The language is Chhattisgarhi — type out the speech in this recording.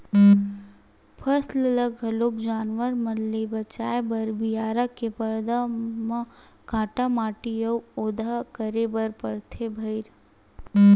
फसल ल घलोक जानवर मन ले बचाए बर बियारा के परदा म काटा माटी अउ ओधा करे बर परथे भइर